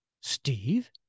Steve